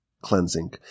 cleansing